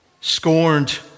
Scorned